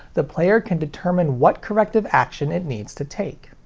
the player can determine what corrective action it needs to take.